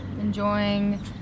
Enjoying